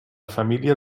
família